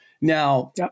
Now